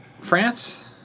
France